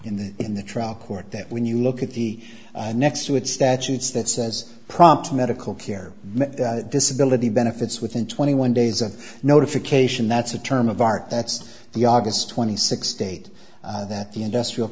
in the in the trial court that when you look at the next to its statutes that says prompt medical care disability benefits within twenty one days of notification that's a term of art that's the august twenty sixth date that the industrial